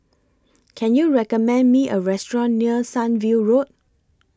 Can YOU recommend Me A Restaurant near Sunview Road